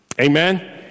Amen